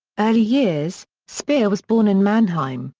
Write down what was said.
early years speer was born in mannheim,